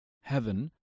heaven